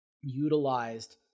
utilized